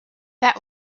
that